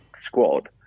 squad